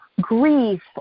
grief